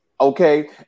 Okay